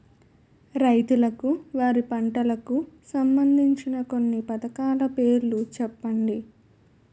రైతులకు వారి పంటలకు సంబందించిన కొన్ని పథకాల పేర్లు చెప్పండి?